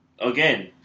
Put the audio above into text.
Again